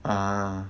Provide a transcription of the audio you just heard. a'ah